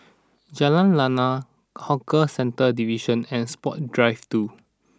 Jalan Lana Hawker Centres Division and Sports Drive two